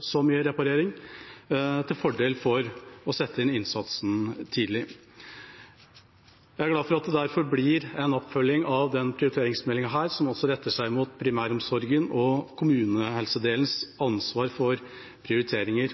så mye reparering, og om fordelene ved å sette inn innsatsen tidlig. Jeg er derfor glad for at det blir en oppfølging av denne prioriteringsmeldinga, som altså retter seg mot primæromsorgen og kommunehelsetjenestens ansvar for prioriteringer.